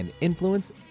influence